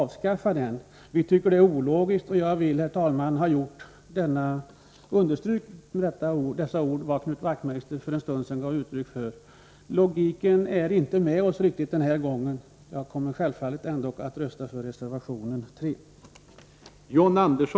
Vi tycker att det är ologiskt, och jag vill med dessa ord stryka under vad Knut Wachtmeister sade för en stund sedan. Logiken är inte med oss riktigt den här gången, men jag kommer självfallet ändå att rösta för reservation 3.